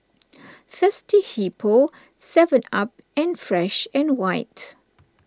Thirsty Hippo Seven Up and Fresh and White